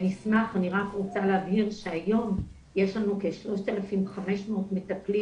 אני רק רוצה להבהיר שהיום יש לנו 3,500 מטפלים